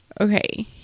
okay